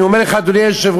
אני אומר לך, אדוני היושב-ראש,